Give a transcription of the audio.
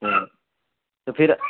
تو تو پھر